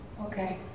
Okay